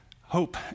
hope